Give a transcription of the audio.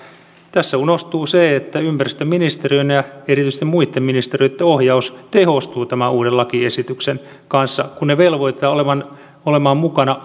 tässä unohtuu se että ympäristöministeriön ja erityisesti muitten ministeriöitten ohjaus tehostuu tämän uuden lakiesityksen kanssa kun ne velvoitetaan olemaan mukana